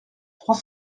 trois